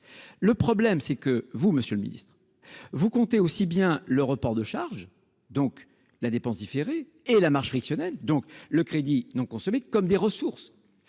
Le problème c'est que vous, Monsieur le Ministre, vous comptez aussi bien le report de charges, donc la dépense différé et la marche frictionnel donc le crédit non consommé comme des ressources.